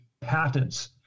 patents